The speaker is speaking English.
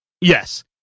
Yes